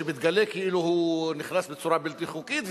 שמתגלה כאילו הוא נכנס בצורה בלתי חוקית,